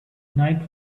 night